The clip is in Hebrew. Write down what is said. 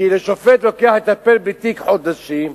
כי לשופט לוקח לטפל בתיק חודשים,